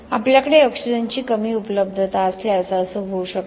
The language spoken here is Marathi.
आपल्याकडे ऑक्सिजनची कमी उपलब्धता असल्यास असे होऊ शकते